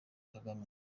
kagame